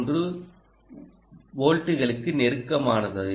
3 வோல்ட்டுகளுக்கு நெருக்கமானது